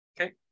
Okay